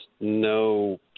no